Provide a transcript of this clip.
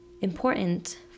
important